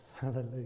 Hallelujah